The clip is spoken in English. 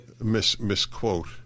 misquote